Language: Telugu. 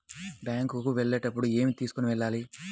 బ్యాంకు కు వెళ్ళేటప్పుడు ఏమి తీసుకొని వెళ్ళాలి?